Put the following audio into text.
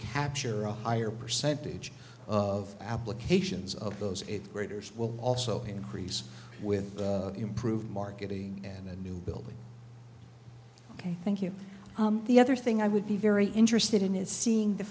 capture or higher percentage of applications of those eighth graders will also increase with improved marketing and new building ok thank you the other thing i would be very interested in is seeing the